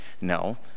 No